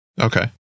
Okay